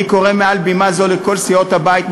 אני קורא מעל בימה זו לכל סיעות הבית,